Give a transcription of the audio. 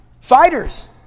fighters